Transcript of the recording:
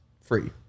free